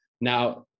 Now